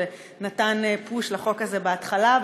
שנתן "פוש" לחוק הזה בהתחלה,